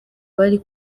bari